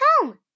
home